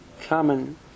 common